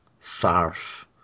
Sarf